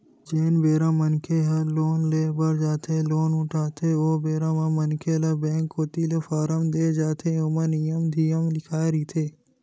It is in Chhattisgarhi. जेन बेरा मनखे ह लोन ले बर जाथे लोन उठाथे ओ बेरा म मनखे ल बेंक कोती ले फारम देय जाथे ओमा नियम धियम लिखाए रहिथे